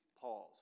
Pause